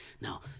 now